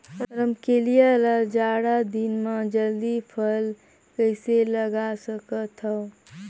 रमकलिया ल जाड़ा दिन म जल्दी फल कइसे लगा सकथव?